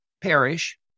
parish